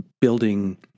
building